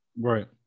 right